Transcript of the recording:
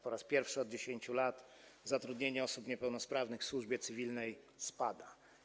Po raz pierwszy od 10 lat zatrudnienie osób niepełnosprawnych w służbie cywilnej spada.